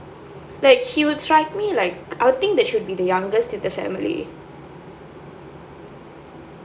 like she would strike me like I'll think that she'll be the youngest of the family